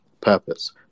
purpose